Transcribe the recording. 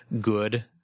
good